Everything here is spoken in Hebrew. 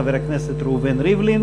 חבר הכנסת ריבלין.